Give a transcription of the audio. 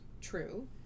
true